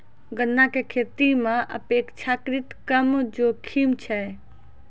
गन्ना के खेती मॅ अपेक्षाकृत कम जोखिम छै